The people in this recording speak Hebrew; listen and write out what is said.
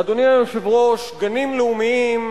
אדוני היושב-ראש, גנים לאומיים,